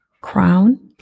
Crown